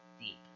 deep